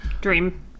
dream